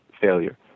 failure